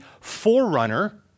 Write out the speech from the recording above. forerunner